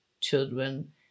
children